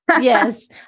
Yes